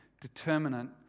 determinant